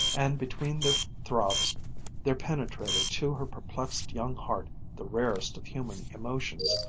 and between their throbs there penetrated to her perplexed young heart the rarest of human emotions,